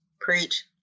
Preach